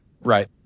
Right